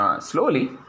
slowly